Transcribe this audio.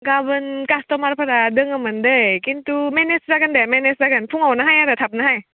गाबोन कास्टमारफोरा दङमोन दै खिन्थु मेनेज जागोन मेनेज जागोन फुङावनोहाय आरो थाबनोहाय